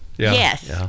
yes